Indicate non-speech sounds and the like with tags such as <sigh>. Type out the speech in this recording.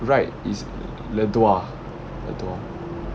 right is <laughs>